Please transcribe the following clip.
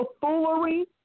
foolery